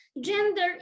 gender